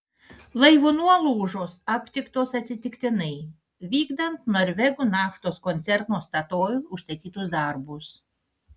laivo nuolaužos aptiktos atsitiktinai vykdant norvegų naftos koncerno statoil užsakytus darbus